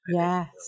yes